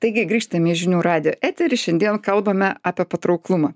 taigi grįžtame į žinių radijo eterį šiandien kalbame apie patrauklumą